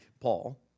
Paul